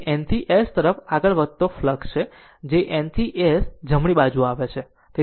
તે N થી S તરફ આગળ વધતો ફ્લક્ષ છે જ્યારે N થી S જમણી બાજુ આવે છે